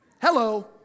Hello